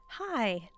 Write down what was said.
Hi